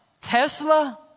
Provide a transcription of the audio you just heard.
Tesla